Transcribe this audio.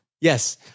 Yes